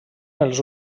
els